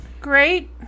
Great